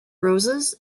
roses